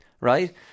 right